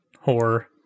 horror